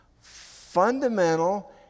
fundamental